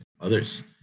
others